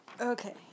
Okay